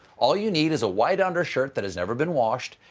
all you need is a white undershirt that has never been washed,